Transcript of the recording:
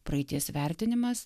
praeities vertinimas